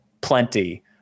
plenty